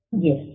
Yes